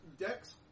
Dex